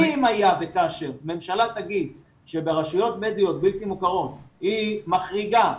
היה וכאשר הממשלה תגיד שברשויות בדואיות בלתי מוכרות היא מחריגה,